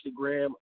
Instagram